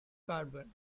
carbon